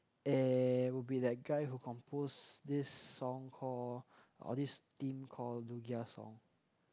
eh would be that guy who compose this song call or this theme call Lugia song